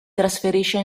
trasferisce